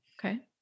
Okay